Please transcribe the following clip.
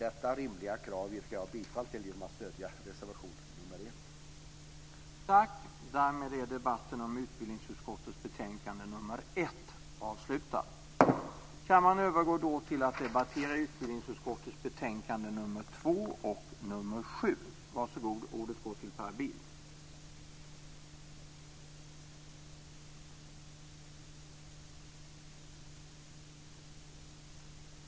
Detta rimliga krav yrkar jag bifall till genom att stödja reservation nr 1.